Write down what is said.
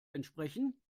entsprechen